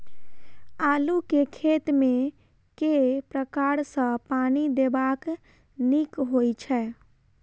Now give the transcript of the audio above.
आलु केँ खेत मे केँ प्रकार सँ पानि देबाक नीक होइ छै?